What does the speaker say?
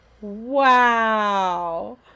wow